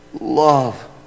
love